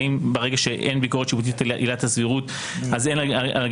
האם ברגע שאין ביקורת שיפוטית על עילת הסבירות אז אין גם